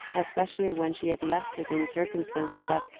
especially when she had left it in circumstances that.